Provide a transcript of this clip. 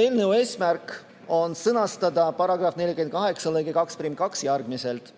Eelnõu eesmärk on sõnastada § 48 lõige 2² järgmiselt: